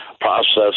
process